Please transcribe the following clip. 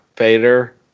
Vader